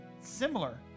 similar